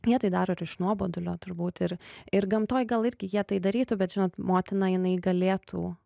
jie tai daro ir iš nuobodulio turbūt ir ir gamtoj gal irgi jie tai darytų bet žinot motina jinai galėtų